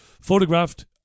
photographed